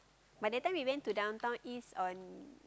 but that time we went to Downtown East on